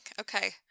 Okay